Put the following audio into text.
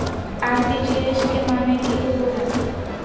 RTGS के माने की होबो है?